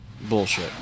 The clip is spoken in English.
bullshit